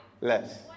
less